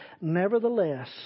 Nevertheless